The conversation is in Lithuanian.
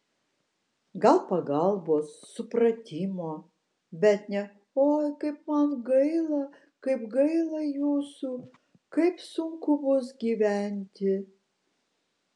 gal pagalbos supratimo bet ne oi kaip man gaila kaip gaila jūsų kaip sunku bus gyventi